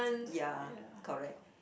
ya correct